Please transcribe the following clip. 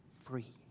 free